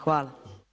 Hvala.